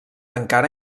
encara